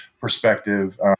perspective